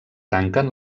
tanquen